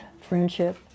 friendship